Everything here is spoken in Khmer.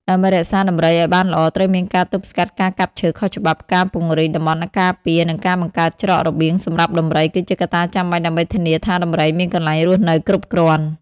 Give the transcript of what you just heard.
ដើម្បីរក្សាដំរីឲ្យបានល្អត្រូវមានការទប់ស្កាត់ការកាប់ឈើខុសច្បាប់ ការពង្រីកតំបន់ការពារ និងការបង្កើតច្រករបៀងសម្រាប់ដំរី គឺជាកត្តាចាំបាច់ដើម្បីធានាថាដំរីមានកន្លែងរស់នៅគ្រប់គ្រាន់។